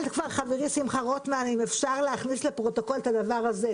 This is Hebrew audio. שאל כבר חברי שמחה רוטמן אם אפשר להכניס לפרוטוקול את הדבר הזה.